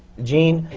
gene,